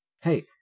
hey